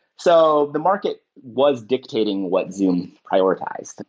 so the market was dictating what zoom prioritized.